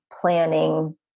planning